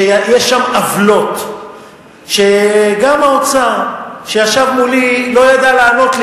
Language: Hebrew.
יש שם עוולות שגם האוצר שישב מולי לא ידע לענות לי.